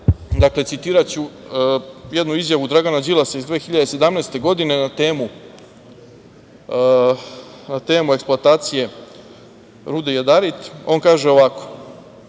dakle, citiraću jednu izjavu Dragana Đilasa iz 2017. godine, na temu eksploatacije rude Jadarit. On kaže ovako: